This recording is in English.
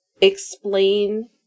explain